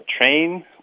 train